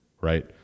right